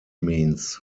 means